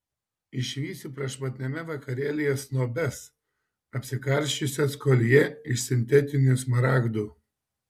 išvysi prašmatniame vakarėlyje snobes apsikarsčiusias koljė iš sintetinių smaragdų